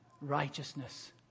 righteousness